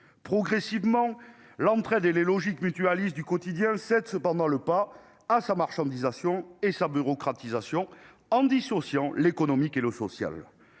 Progressivement, l'entraide et les logiques mutualistes du quotidien ont cependant cédé le pas à la marchandisation et la bureaucratisation, en dissociant l'économique et le social.